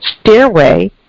Stairway